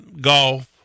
golf